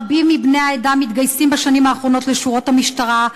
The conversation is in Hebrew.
רבים מבני העדה מתגייסים בשנים האחרונות לשורות המשטרה,